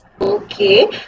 okay